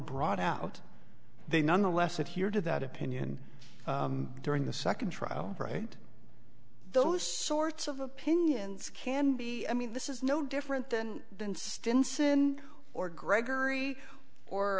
brought out they nonetheless and here to that opinion during the second trial right those sorts of opinions can be i mean this is no different than the stinson or gregory or